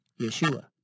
Yeshua